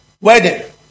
wedding